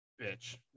bitch